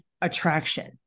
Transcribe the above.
attraction